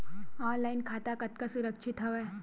Online खाता कतका सुरक्षित हवय?